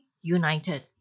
United